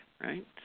right